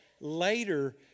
later